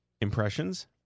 impressions